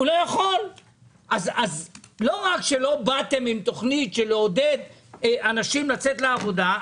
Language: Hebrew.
לא רק שלא באתם עם תכנית של לעודד אנשים לצאת לעבודה,